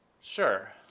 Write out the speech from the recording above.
Sure